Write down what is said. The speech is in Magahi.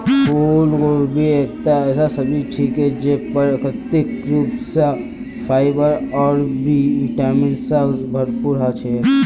फूलगोभी एकता ऐसा सब्जी छिके जे प्राकृतिक रूप स फाइबर और बी विटामिन स भरपूर ह छेक